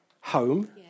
home